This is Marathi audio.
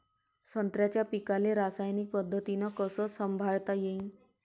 संत्र्याच्या पीकाले रासायनिक पद्धतीनं कस संभाळता येईन?